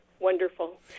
Wonderful